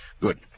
Good